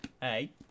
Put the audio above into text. Hey